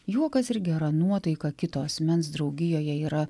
juokas ir gera nuotaika kito asmens draugijoje yra